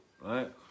right